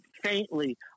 Faintly